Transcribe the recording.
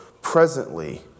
Presently